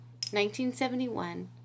1971